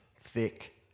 thick